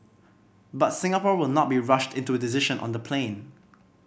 but Singapore will not be rushed into a decision on the plane